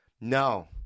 No